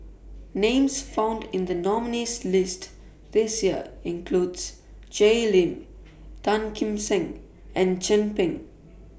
Names found in The nominees' list This Year include Jay Lim Tan Kim Seng and Chin Peng